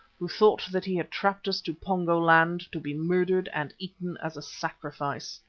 who thought that he had trapped us to pongo-land to be murdered and eaten as a sacrifice.